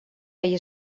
feia